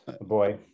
boy